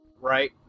right